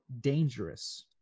dangerous